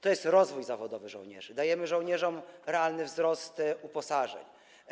To jest rozwój zawodowy żołnierzy, zapewniamy żołnierzom realny wzrost uposażeń.